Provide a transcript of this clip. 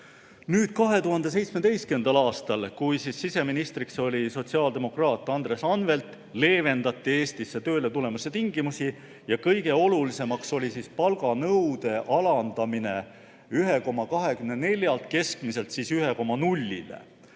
2017. aastal, kui siseminister oli sotsiaaldemokraat Andres Anvelt, leevendati Eestisse tööletulemise tingimusi. Kõige olulisem oli palganõude alandamine 1,24-lt keskmiselt palgalt 1,0-le